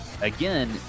again